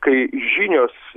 kai žinios